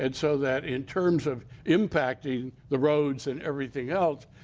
and so that in terms of impacting the roads and everything else,